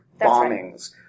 bombings